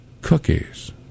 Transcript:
cookies